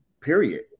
period